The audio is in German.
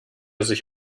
sich